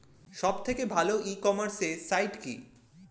সব থেকে ভালো ই কমার্সে সাইট কী?